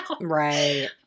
Right